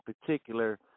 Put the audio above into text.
particular